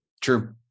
True